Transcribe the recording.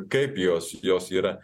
kaip jos jos yra